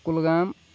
Kulgam